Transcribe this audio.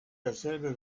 dasselbe